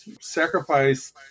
sacrifice